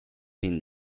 hind